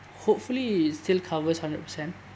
hopefully it still covers hundred percent